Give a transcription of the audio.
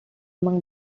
among